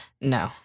no